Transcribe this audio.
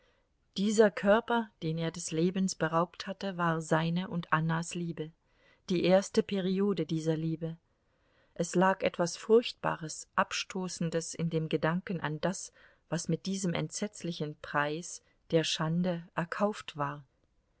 dieser körper den er des lebens beraubt hatte war seine und annas liebe die erste periode dieser liebe es lag etwas furchtbares abstoßendes in dem gedanken an das was mit diesem entsetzlichen preis der schande erkauft war